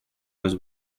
was